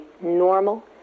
normal